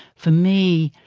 for me,